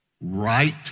Right